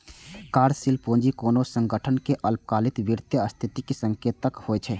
कार्यशील पूंजी कोनो संगठनक अल्पकालिक वित्तीय स्थितिक संकेतक होइ छै